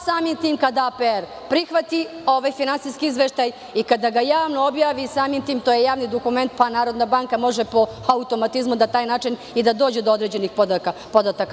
Samim tim, kada APR prihvati ovaj finansijski izveštaj i kada ga javno objavi, samim tim, to je javni dokument, pa NBS može po automatizmu na taj način i da dođe do određenih podataka.